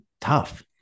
tough